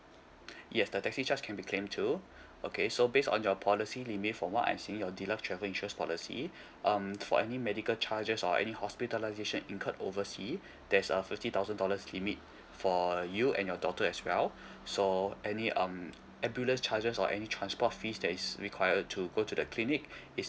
yes the taxi charge can be claim too okay so based on your policy limit from what I seeing your deluxe travel insurance policy um for any medical charges or any hospitalisation incurred overseas there's a fifty thousand dollars limit for you and your daughter as well so any um ambulance charges or any transport fees that is required to go to the clinic is